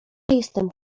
jestem